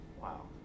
Wow